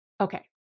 okay